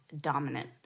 dominant